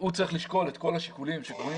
הוא צריך לשקול את כל השיקולים שקבועים